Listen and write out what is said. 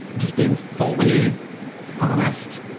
just being fully honest,